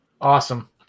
Awesome